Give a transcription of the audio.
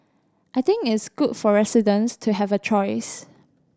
I think it's good for residents to have a choice